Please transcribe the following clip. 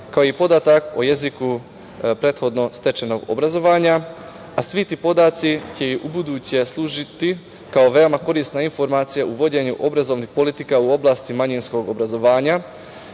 kao i podatak o jeziku prethodnog stečenog obrazovanja. Svi ti podaci će ubuduće služiti kao veoma korisna informacija u uvođenju obrazovnih politika u oblasti manjinskog obrazovanja.